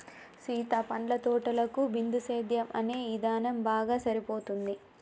సీత పండ్ల తోటలకు బిందుసేద్యం అనే ఇధానం బాగా సరిపోతుంది